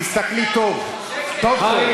תסתכלי טוב טוב,